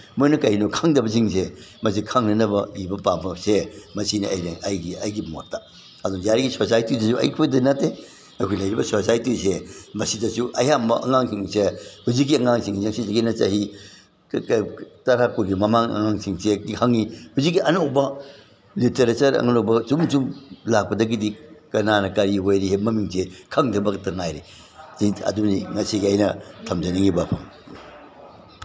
ꯃꯣꯏꯅ ꯀꯩꯅꯣ ꯈꯪꯗꯕꯁꯤꯡꯁꯦ ꯃꯁꯤ ꯈꯪꯅꯅꯕ ꯏꯕ ꯄꯥꯕꯁꯦ ꯃꯁꯤꯅꯦ ꯑꯩꯒꯤ ꯃꯣꯠꯇ ꯑꯗꯨꯅ ꯌꯥꯔꯤꯒꯩ ꯁꯣꯁꯥꯏꯇꯤꯗꯁꯨ ꯑꯩꯈꯣꯏꯗ ꯅꯠꯇꯦ ꯑꯩꯈꯣꯏ ꯂꯩꯔꯤꯕ ꯁꯣꯁꯥꯏꯇꯤꯁꯦ ꯃꯁꯤꯗꯁꯨ ꯑꯌꯥꯝꯕ ꯑꯉꯥꯡꯁꯤꯡꯁꯦ ꯍꯧꯖꯤꯛꯀꯤ ꯑꯉꯥꯡꯁꯤꯡꯅ ꯁꯤꯁꯤꯒꯤꯅ ꯆꯍꯤ ꯇꯔꯥ ꯀꯨꯟꯒꯤ ꯃꯃꯥꯡ ꯑꯉꯥꯡꯁꯤꯡꯁꯤ ꯈꯪꯉꯤ ꯍꯧꯖꯤꯛꯀꯤ ꯑꯅꯧꯕ ꯂꯤꯇꯔꯦꯆꯔ ꯑꯅꯧꯕ ꯖꯨꯛ ꯖꯨꯛ ꯂꯥꯛꯄꯗꯒꯤꯗꯤ ꯀꯅꯥꯅ ꯀꯔꯤ ꯑꯣꯏꯔꯤ ꯃꯃꯤꯡꯁꯦ ꯈꯪꯗꯕ ꯈꯛꯇꯪ ꯉꯥꯏꯔꯦ ꯑꯗꯨꯅꯤ ꯉꯁꯤꯒꯤ ꯑꯩꯅ ꯊꯝꯖꯅꯤꯡꯉꯤꯕ ꯋꯥꯐꯝ